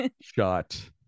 shot